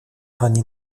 pani